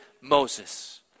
Moses